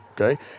okay